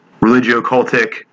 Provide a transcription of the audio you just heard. religio-cultic